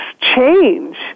change